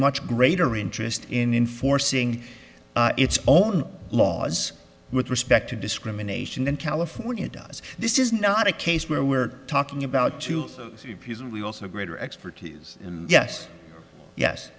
much greater interest in enforcing its own laws with respect to discrimination and california does this is not a case where we're talking about tools we also greater expertise yes yes